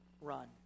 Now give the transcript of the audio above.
run